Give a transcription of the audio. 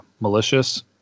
malicious